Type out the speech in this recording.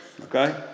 okay